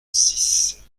six